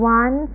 one